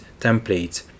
template